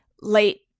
late